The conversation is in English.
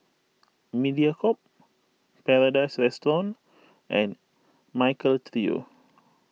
Mediacorp Paradise Restaurant and Michael Trio